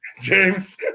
James